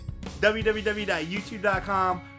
www.youtube.com